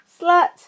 Slut